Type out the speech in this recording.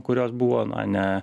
kurios buvo na ne